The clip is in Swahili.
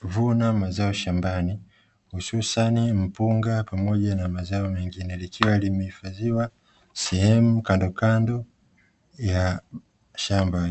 kuvuna mazao shambani, hususani mpunga pamoja na mazao mengine likiwa limehifadhiwa sehemu kandokando ya shamba.